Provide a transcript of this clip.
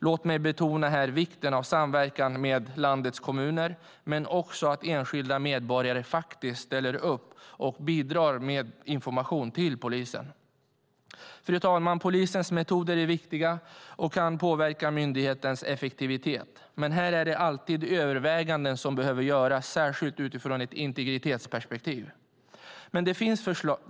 Låt mig här betona vikten av samverkan med landets kommuner men också av att enskilda medborgare ställer upp och bidrar med information till polisen. Fru talman! Polisens metoder är viktiga och kan påverka myndighetens effektivitet. Men här är det alltid överväganden som behöver göras, särskilt utifrån ett integritetsperspektiv.